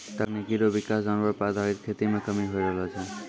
तकनीकी रो विकास जानवर पर आधारित खेती मे कमी होय रहलो छै